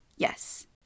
Yes